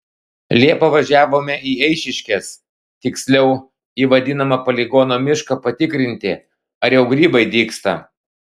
liepą važiavome į eišiškes tiksliau į vadinamą poligono mišką patikrinti ar jau grybai dygsta